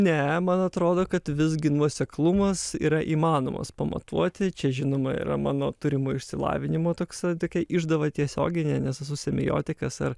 ne man atrodo kad visgi nuoseklumas yra įmanomas pamatuoti čia žinoma yra mano turimo išsilavinimo toks tokia išdava tiesioginė nes esu semiotikas ir